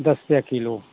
दस रुपया किलो